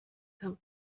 come